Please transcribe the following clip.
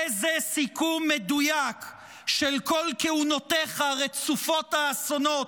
איזה סיכום מדויק של כל כהונותיך רצופות האסונות,